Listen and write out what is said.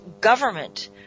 government